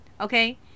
Okay